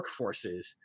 workforces